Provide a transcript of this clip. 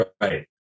Right